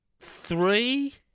three